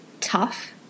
tough